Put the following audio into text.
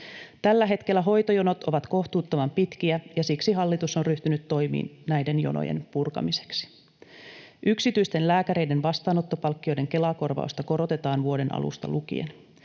Tällä hetkellä hoitojonot ovat kohtuuttoman pitkiä, ja siksi hallitus on ryhtynyt toimiin näiden jonojen purkamiseksi. Yksityisten lääkäreiden vastaanottopalkkioiden Kela-korvausta korotetaan vuoden alusta lukien.